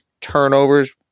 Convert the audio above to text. turnovers